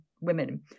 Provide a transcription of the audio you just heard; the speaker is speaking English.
women